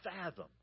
fathom